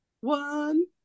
one